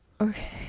Okay